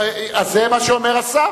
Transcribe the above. לא מה, אז זה מה שאומר השר.